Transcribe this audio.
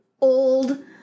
old